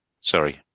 sorry